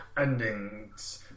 endings